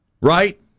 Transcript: right